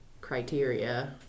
criteria